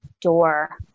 door